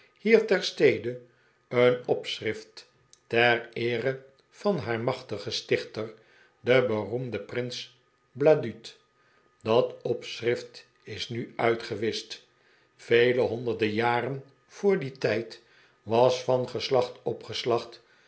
hier ter stede een opschrift ter eere van haar machtigen stichter den beroemden prins bladud dat opschrift is nu uitgewischt vele honderden jaren voor dien tijd was van geslacht op